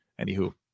Anywho